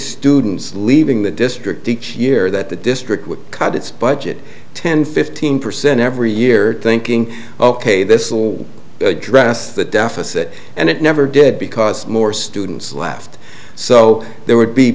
students leaving the district each year that the district would cut its budget ten fifteen percent every year thinking ok this will address the deficit and it never did because more students laughed so there would be